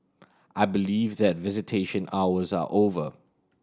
I believe that visitation hours are over